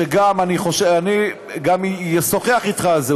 אני גם אשוחח אתך על זה,